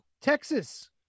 Texas